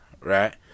right